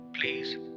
please